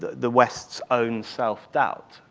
the west's own self-doubt,